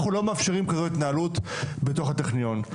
אנחנו לא מאפשרים כזאת התנהלות בתוך הטכניון.